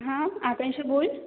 हां आकांक्षा बोल